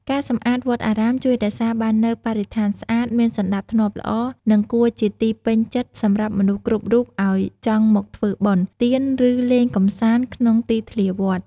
ការសម្អាតវត្តអារាម ជួយរក្សាបាននូវបរិស្ថានស្អាត មានសណ្តាប់ធ្នាប់ល្អ និងគួរជាទីពេញចិត្តសម្រាប់មនុស្សគ្រប់រូបឱ្យចង់មកធ្វើបុណ្យ ទានឫលេងកម្សាន្តក្នុងទីធ្លាវត្ត។